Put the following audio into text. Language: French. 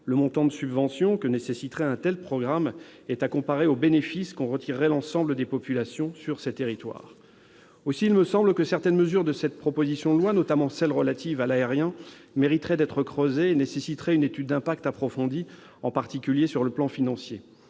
Le montant de subventions que nécessiterait un tel programme est à comparer au bénéfice qu'en retirerait l'ensemble des populations de ces territoires. Aussi, il me semble que certaines mesures de cette proposition de loi, notamment celles relatives à l'aérien, mériteraient d'être creusées et nécessiteraient une étude d'impact approfondie, en particulier sur le plan financier.